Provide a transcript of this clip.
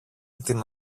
την